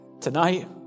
Tonight